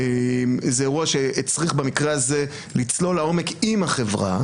זה אירוע שהצריך במקרה הזה לצלול לעומק עם החברה